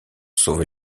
sauver